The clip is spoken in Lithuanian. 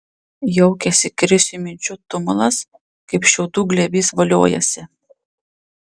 jaukiasi krisiui minčių tumulas kaip šiaudų glėbys voliojasi